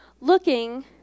Looking